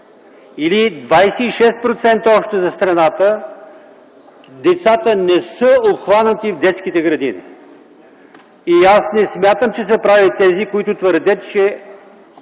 или 26% още за страната, децата не са обхванати в детските градини. И аз не смятам, че са прави тези, които твърдят, че